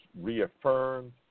reaffirmed